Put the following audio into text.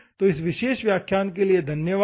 तो इस विशेष व्याख्यान के लिए धन्यवाद